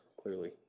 clearly